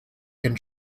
can